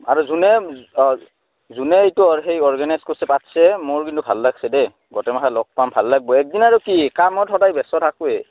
আৰু যোনে অঁ যোনে এইটো সেই অৰ্গেনাইজ কৰছে পাতছে মোৰ কিন্তু ভাল লাগছে দেই গোটেইমখা লগ পাম ভাল লাগব একদিন আৰু কি কামত সদায় ব্যস্ত থকোৱেই